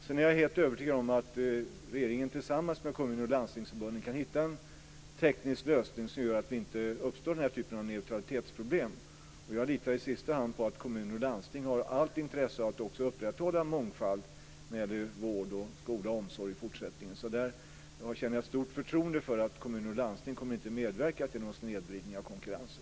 Jag är helt övertygad om att regeringen tillsammans med kommunerna och landstingsförbunden kan hitta en teknisk lösning som gör att den här typen av neutralitetsproblem inte uppstår. Jag litar i sista hand på att kommuner och landsting har allt intresse av att också upprätthålla mångfald när det gäller vård, skola och omsorg i fortsättningen. Jag känner stort förtroende för att kommuner och landsting inte kommer att medverka till någon snedvridning av konkurrensen.